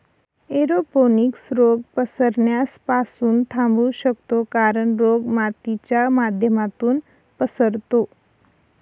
aeroponics रोग पसरण्यास पासून थांबवू शकतो कारण, रोग मातीच्या माध्यमातून पसरतो